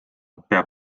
peab